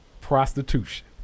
Prostitution